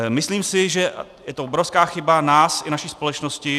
Myslím si, že je to obrovská chyba nás i naší společnosti.